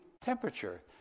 temperature